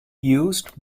used